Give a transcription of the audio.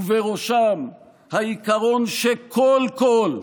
ובראשם העיקרון שכל קול,